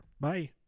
Bye